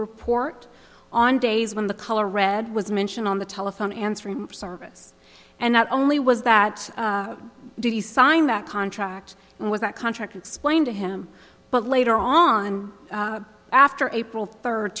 report on days when the color red was mentioned on the telephone answering service and not only was that did he sign that contract was that contract explained to him but later on after april third